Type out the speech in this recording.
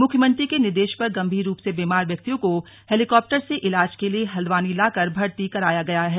मुख्यमंत्री के निर्देश पर गम्भीर रूप से बीमार व्यक्तियों को हेलीकाप्टर से इलाज के लिए हल्द्वानी लाकर भर्ती कराया गया है